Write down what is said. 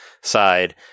side